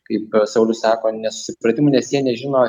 kaip saulius sako nesusipratimų nes jie nežino